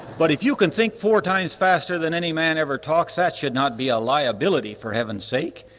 but if you can think four times faster than any man ever talks that should not be a liability for heaven's sake,